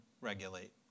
regulate